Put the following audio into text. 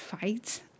fights